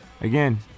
again